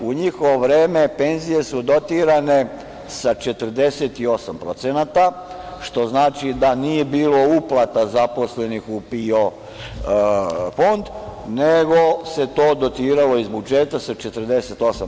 U njihovo vreme penzije su dotirane sa 48%, što znači da nije bilo uplata zaposlenih u PIO fond, nego se to dotiralo iz budžeta sa 48%